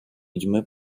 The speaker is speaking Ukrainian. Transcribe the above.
людьми